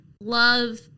love